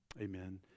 Amen